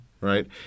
right